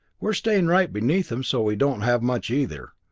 we are staying right beneath him, so we don't have much either.